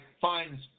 finds